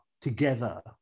together